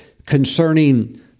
concerning